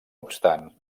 obstant